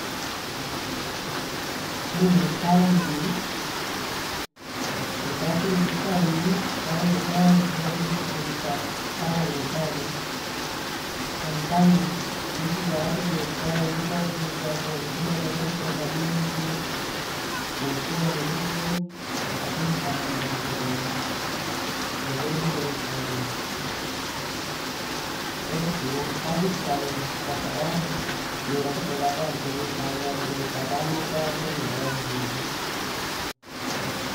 Nonukalimaa utafiki chisanya kaombi kazi za kuji shughulisha pana pale kwa mfano mtu ngawati tolukombi kazi za kuombi chibalua ch akusemba manzi, kufua nguo, azina kahomba zizono kwene ni ukulima kunukaalima. Eenka kazii furahia kwa sababu nungakupela hata mpelu hai wakupatana kaekumbi kazi zizoo.